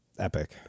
Epic